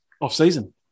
off-season